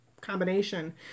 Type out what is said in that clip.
combination